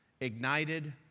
ignited